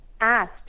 asked